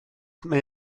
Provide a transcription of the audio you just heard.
mae